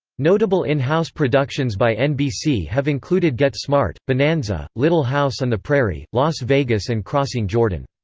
notable in-house productions by nbc have included get smart, bonanza, little house on the prairie, las vegas and crossing jordan.